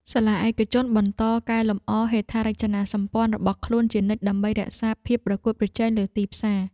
សាលាឯកជនបន្តកែលម្អហេដ្ឋារចនាសម្ព័ន្ធរបស់ខ្លួនជានិច្ចដើម្បីរក្សាភាពប្រកួតប្រជែងលើទីផ្សារ។